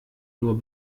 nur